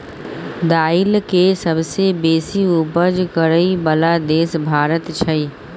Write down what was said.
दाइल के सबसे बेशी उपज करइ बला देश भारत छइ